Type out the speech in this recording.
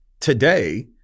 Today